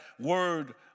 word